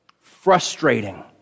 Frustrating